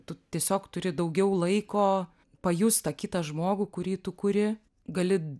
tu tiesiog turi daugiau laiko pajust tą kitą žmogų kurį tu kuri gali